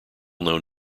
known